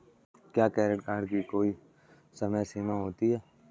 क्या credit card की कोई समय सीमा होती है?